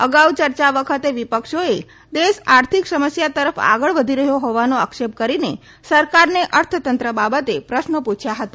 અગાઉ ચર્ચા વખતે વિપક્ષોએ દેશ આર્થિક સમસ્યા તરફ આગળ વધી રહ્યો હોવાનો આક્ષેપ કરીને સરકારને અર્થતંત્ર બાબતે પ્રશ્નો પૂછ્યા હતા